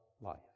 life